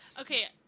Okay